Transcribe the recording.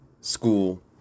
school